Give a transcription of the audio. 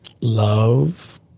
love